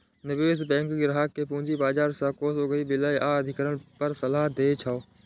निवेश बैंक ग्राहक कें पूंजी बाजार सं कोष उगाही, विलय आ अधिग्रहण पर सलाह दै छै